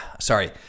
Sorry